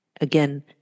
Again